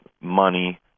money